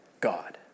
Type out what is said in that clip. God